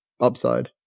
upside